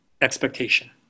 expectation